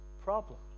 problem